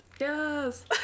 Yes